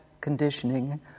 conditioning